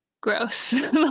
gross